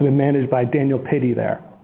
managed by daniel pitti there.